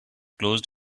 close